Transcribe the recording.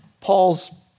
Paul's